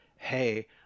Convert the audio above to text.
hey